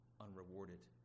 unrewarded